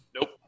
Nope